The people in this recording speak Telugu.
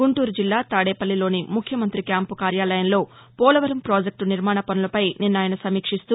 గుంటూరు జిల్లా తాడేపల్లిలోని ముఖ్యమంత్రి క్యాంపు కార్యాలయంలో పోలవరం పాజెక్టు నిర్మాణ పనులపై నిన్న ఆయన సమీక్షిస్తూ